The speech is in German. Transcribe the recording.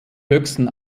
höchsten